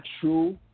true